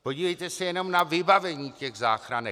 Podívejte se jenom na vybavení těch záchranek!